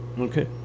Okay